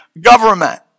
government